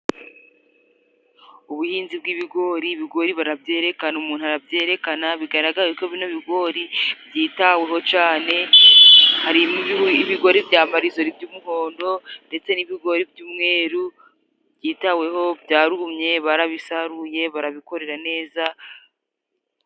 Ubuhinzi bw'ibigori, ibigori barabyerekana, umuntu arabyerekana, bigaragare ko bino bigori byitaweho cyane, harimo ibigori bya marizori by'umuhondo, ndetse n'ibigori by'umweru byitaweho, byarumye, barabisaruye, barabikorera neza.